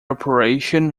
operation